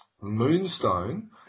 Moonstone